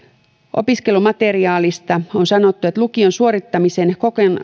opiskelumateriaalista on sanottu että lukion suorittamisen